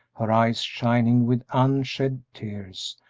her eyes shining with unshed tears,